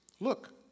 look